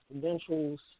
credentials